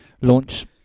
launch